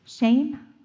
shame